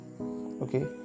okay